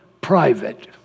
private